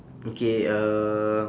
okay uh